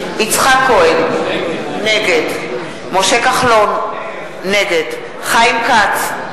נגד משה כחלון, נגד חיים כץ,